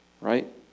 right